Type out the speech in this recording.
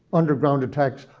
underground attacks,